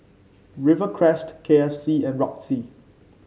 Rivercrest K F C and Roxy